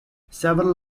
several